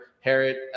Harriet